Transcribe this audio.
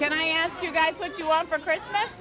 can i ask you guys what you want for christmas